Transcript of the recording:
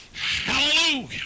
Hallelujah